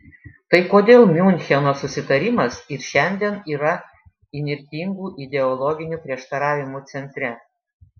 tai kodėl miuncheno susitarimas ir šiandien yra įnirtingų ideologinių prieštaravimų centre